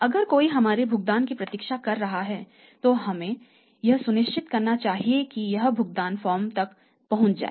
अगर कोई हमारे भुगतान की प्रतीक्षा कर रहा है तो हमें यह सुनिश्चित करना चाहिए कि यह भुगतान फर्म तक पहुंच जाए